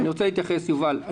יובל,